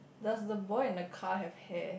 does the boy and the car have hair